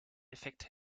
effekt